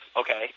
okay